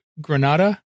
Granada